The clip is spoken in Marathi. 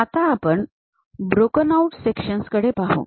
आता आपण ब्रोकन आऊट सेक्शन्स कडे पाहू